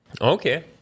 Okay